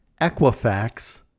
Equifax